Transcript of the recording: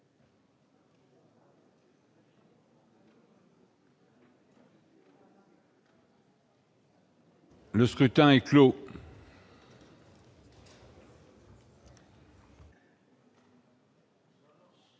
Le scrutin est clos.